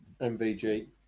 MVG